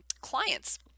clients